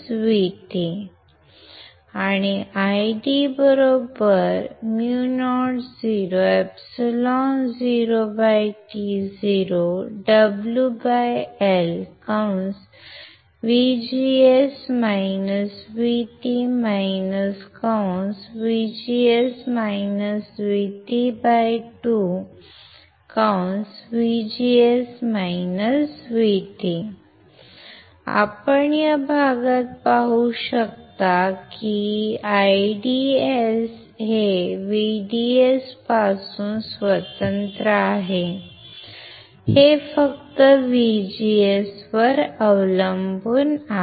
VDS VGS VT IDµnεotoWLVGS VT VGS VT 2 आपण या प्रदेशात पाहू शकता IDS हे VDS पासून स्वतंत्र आहे हे फक्त VGS वर अवलंबून आहे